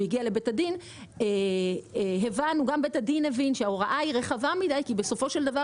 בית הדין הבין שההוראה היא רחבה מידי כי בסופו של דבר